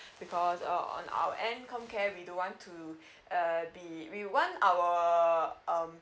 because uh on our end com care we don't want to uh be we want our um